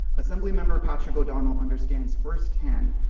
assembly member patrick o'donnell understands first hand,